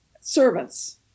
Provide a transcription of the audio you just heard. servants